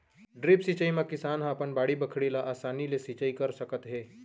drip सिंचई म किसान ह अपन बाड़ी बखरी ल असानी ले सिंचई कर सकत हे